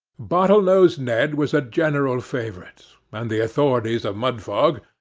bottle-nosed ned was a general favourite and the authorities of mudfog,